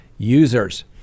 users